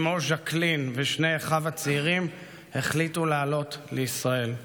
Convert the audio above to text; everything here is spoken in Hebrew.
אימו ז'קלין ושני אחיו הצעירים החליטו לעלות לישראל.